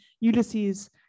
Ulysses